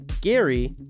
Gary